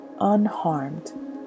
unharmed